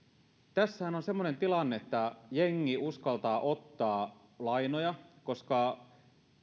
tässähän on semmoinen tilanne että jengi uskaltaa ottaa lainoja koska